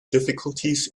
difficulties